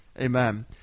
Amen